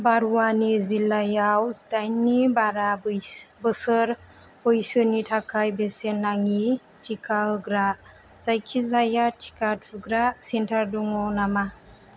बारवानि जिल्लायाव जिदाइननि बारा बोसोर बैसोनि थाखाय बेसेन नाङि टिका होग्रा जायखिजाया टिका थुग्रा सेन्टार दङ नामा